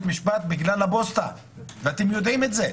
משפט בגלל הפוסטה ואתם יועדים את זה,